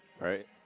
right